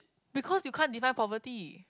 because you can't define poverty